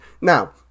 Now